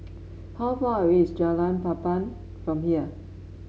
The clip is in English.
how far away is Jalan Papan from here